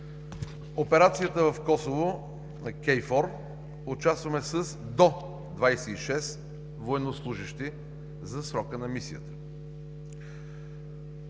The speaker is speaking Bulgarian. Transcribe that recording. операцията в Косово на KFOR участваме с до 26 военнослужещи за срока на мисията.